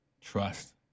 trust